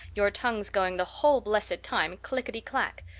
your tongues going the whole blessed time, clickety-clack.